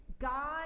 God